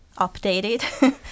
updated